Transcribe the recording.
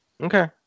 Okay